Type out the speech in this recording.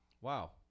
Wow